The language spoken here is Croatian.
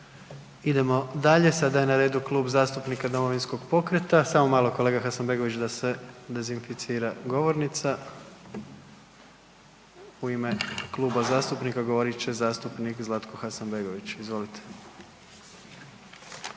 Idemo dalje. Sada je na redu Kluba zastupnika Domovinskog pokreta, samo malo, kolega Hasanbegović, da se dezinficira govornica. U ime kluba zastupnika govorit će zastupnik Zlatko Hasanbegović. Izvolite.